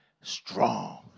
strong